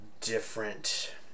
different